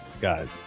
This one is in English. guys